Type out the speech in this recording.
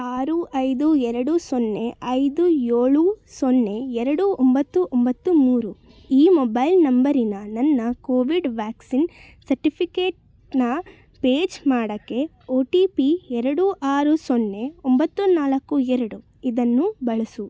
ಆರು ಐದು ಎರಡು ಸೊನ್ನೆ ಐದು ಯೋಳು ಸೊನ್ನೆ ಎರಡು ಒಂಬತ್ತು ಒಂಬತ್ತು ಮೂರು ಈ ಮೊಬೈಲ್ ನಂಬರಿನ ನನ್ನ ಕೋವಿಡ್ ವ್ಯಾಕ್ಸಿನ್ ಸರ್ಟಿಫಿಕೇಟ್ನ ಫೇಚ್ ಮಾಡೋಕ್ಕೆ ಒ ಟಿ ಪಿ ಎರಡು ಆರು ಸೊನ್ನೆ ಒಂಬತ್ತು ನಾಲ್ಕು ಎರಡು ಇದನ್ನು ಬಳಸು